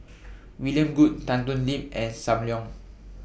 William Goode Tan Thoon Lip and SAM Leong